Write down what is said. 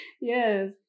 Yes